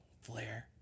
Flair